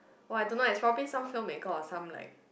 !wah! I don't know eh it's probably some film maker or some like